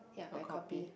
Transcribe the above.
a copy